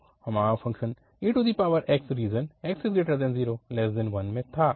तो हमारा function ex region 0x1 में था